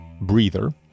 breather